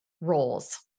roles